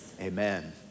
amen